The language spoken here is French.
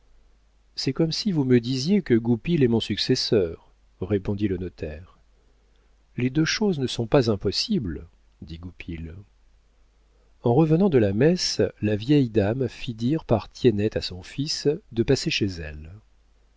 c'est comme si vous me disiez que goupil est mon successeur répondit le notaire les deux choses ne sont pas impossibles dit goupil en revenant de la messe la vieille dame fit dire par tiennette à son fils de passer chez elle